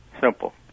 simple